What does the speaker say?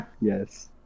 Yes